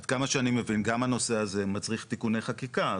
עד כמה שאני מבין גם הנושא הזה מצריך תיקוני חקיקה,